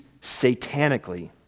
satanically